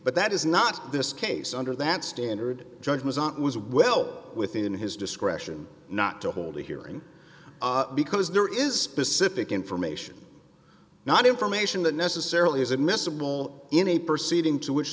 but that is not this case under that standard judgment was well within his discretion not to hold a hearing because there is specific information not information that necessarily is admissible in a perceiving to which